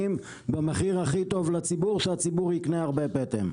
במחיר הכי טוב לציבור שהציבור יקנה הרבה פטם,